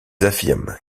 affirment